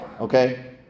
Okay